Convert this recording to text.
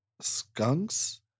Skunks